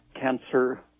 cancer